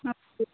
నాకు